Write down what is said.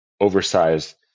oversized